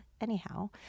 anyhow